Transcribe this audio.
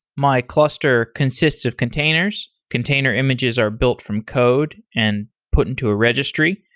my cluster consists of containers. container images are built from code and put into a registry,